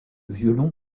violon